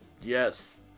Yes